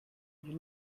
you